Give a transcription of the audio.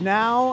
now